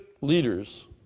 leaders